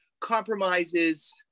compromises